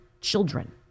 children